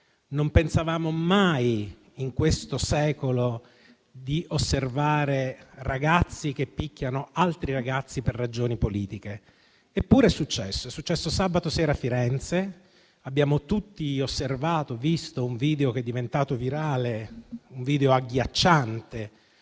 Non pensavamo mai in questo secolo di osservare ragazzi che picchiano altri ragazzi per ragioni politiche, eppure è successo, sabato sera, a Firenze. Abbiamo tutti osservato e visto un video che è diventato virale, agghiacciante,